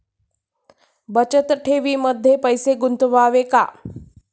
बचत ठेवीमध्ये पैसे गुंतवावे का?